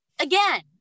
again